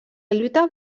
lluita